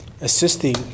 assisting